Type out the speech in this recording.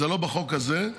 זה לא בחוק הזה,